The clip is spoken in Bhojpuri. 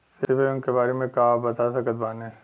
सिबिल अंक के बारे मे का आप बता सकत बानी?